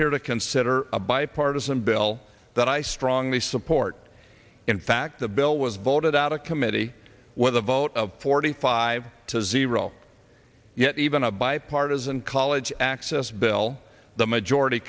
here to consider a bipartisan bill that i strongly support in fact the bill was voted out of committee with a vote of forty five to zero yet even a bipartisan college access bill the majority